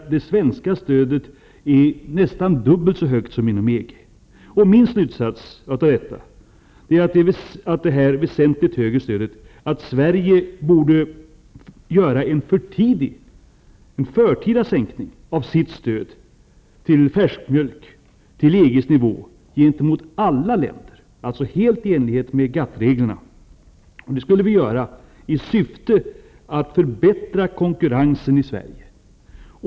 Det svenska stödet är alltså nästan dubbelt så högt som EG-stödet. Min slutsats av detta angående det här väsentligt högre stödet är att man i Sverige borde genomföra en förtida sänkning av stödet till färskmjölk till EG:s nivå gentemot alla länder, dvs. helt i enlighet med GATT-reglerna. Det skall göras i syfte att förbättra konkurrensen i Sverige.